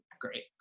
Great